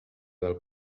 del